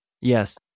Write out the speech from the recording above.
Yes